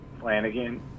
Flanagan